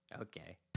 Okay